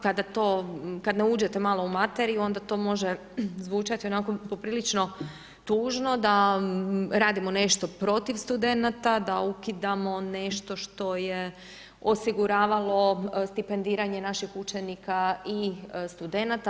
Ovako kada to, kada uđete malo u materiju, onda to može zvučati onako poprilično tužno da radimo nešto protiv studenata, da ukidamo nešto što je osiguralo stipendiranje naših učenika i studenata.